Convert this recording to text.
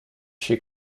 she